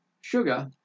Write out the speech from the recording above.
sugar